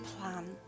plan